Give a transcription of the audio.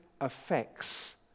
affects